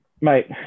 Mate